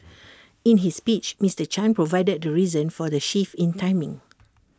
in his speech Mister chan provided the reason for the shift in timing